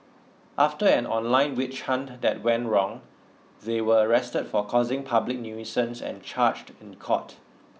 after an online witch hunt that went wrong they were arrested for causing public nuisance and charged in court